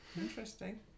Interesting